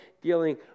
dealing